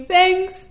Thanks